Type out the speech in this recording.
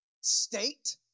state